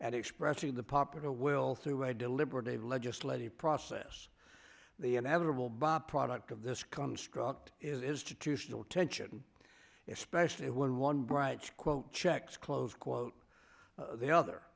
and expressing the popular will through a deliberative legislative process the inevitable byproduct of this construct is to to still tension especially when one bright quote checks close quote the other